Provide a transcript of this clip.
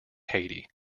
haiti